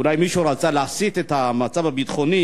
אולי מישהו רצה להסיט את המצב הביטחוני